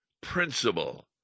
principle